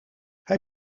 hij